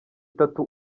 itatu